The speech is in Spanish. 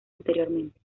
anteriormente